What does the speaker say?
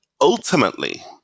ultimately